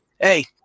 Hey